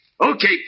Okay